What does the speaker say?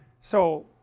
so,